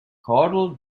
caudal